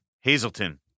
Hazleton